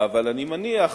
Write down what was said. אבל אני מניח